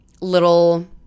Little